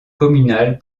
communal